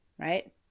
right